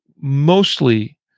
mostly